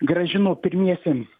grąžino pirmiesiems